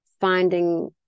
finding